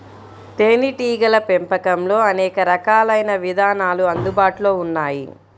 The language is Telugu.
తేనీటీగల పెంపకంలో అనేక రకాలైన విధానాలు అందుబాటులో ఉన్నాయి